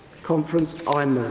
conference, um